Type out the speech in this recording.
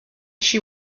she